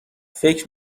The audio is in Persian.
فکر